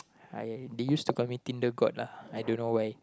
I they used to call me tinder god lah I don't know why